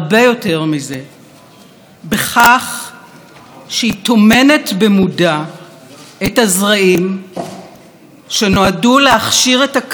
בכך שהיא טומנת במודע את הזרעים שנועדו להכשיר את הקרקע להדחתם